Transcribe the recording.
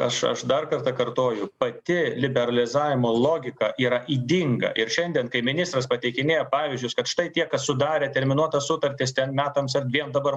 aš aš dar kartą kartoju pati liberalizavimo logika yra ydinga ir šiandien kai ministras pateikinėjo pavyzdžius kad štai tie kas sudarę terminuotas sutartis ten metams ar dviem dabar